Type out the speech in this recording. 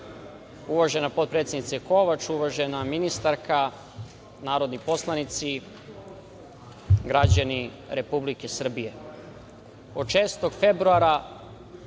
uvažena potpredsednice Kovač, uvažena ministarka, narodni poslanici, građani Republike Srbije,